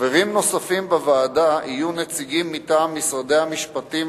חברים נוספים בוועדה יהיו נציגים מטעם משרדי המשפטים,